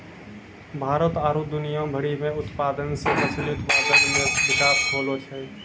भारत आरु दुनिया भरि मे उत्पादन से मछली उत्पादन मे बिकास होलो छै